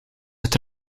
het